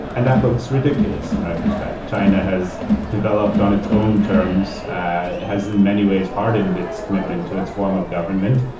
and that looks ridiculous in retrospect. china has developed on its own terms it has in many ways hardened its commitment to its form of government.